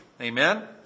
Amen